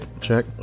check